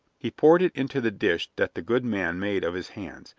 he poured it into the dish that the good man made of his hands,